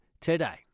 today